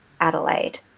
Adelaide